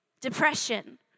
depression